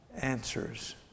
answers